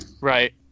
right